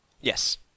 yes